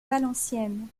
valenciennes